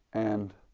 and